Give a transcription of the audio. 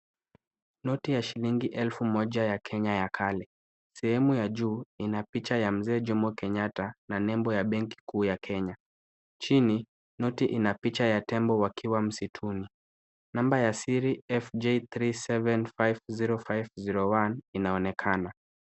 Noti ya shilingi elfu Moja ya Kenya ya kale. Sehemu ya juu inapicha ya Mzee Jomo Kenyatta na nembo ya benki kuu ya Kenya. Chini, noti ina picha ya tembo wakiwa msitun. Namba ya siri FJ3750501 inaonekana.